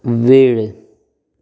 वेळ